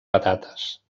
patates